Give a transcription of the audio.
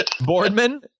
Boardman